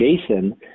Jason